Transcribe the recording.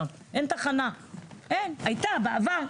שם אין תחנה אין הייתה בעבר,